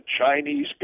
Chinese